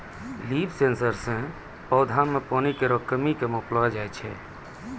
leaf sensor सें पौधा म पानी केरो कमी क मापलो जाय छै